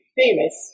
famous